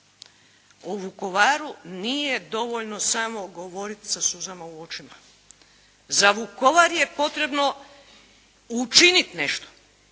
O Vukovaru nije dovoljno samo govoriti sa suzama u očima. Za Vukovar je potrebno učiniti nešto